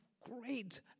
great